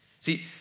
See